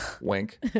wink